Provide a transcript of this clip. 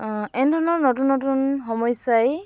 অঁ এনেধৰণৰ নতুন নতুন সমস্যাই